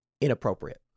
inappropriate